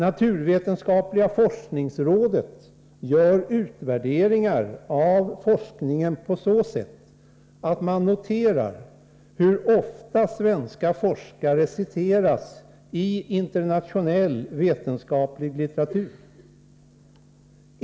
Naturvetenskapliga forskningsrådet gör utvärderingar av forskningen på så sätt att man noterar hur ofta svenska forskare citeras i internationell vetenskaplig litteratur.